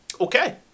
okay